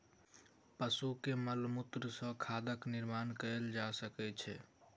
पशु के मलमूत्र सॅ खादक निर्माण कयल जा सकै छै